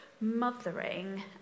mothering